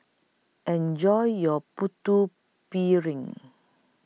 Enjoy your Putu Piring